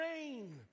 rain